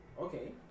Okay